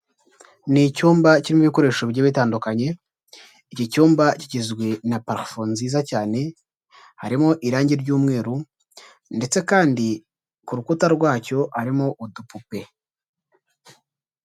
Ni icyumba kirimo ibikoresho bigiye bitandukanye, iki cyumba kigizwe na parafo nziza cyane, harimo irangi ry'umweru ndetse kandi ku rukuta rwacyo harimo udupupe.